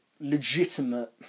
legitimate